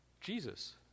Jesus